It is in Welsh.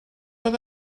oedd